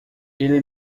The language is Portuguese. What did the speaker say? ele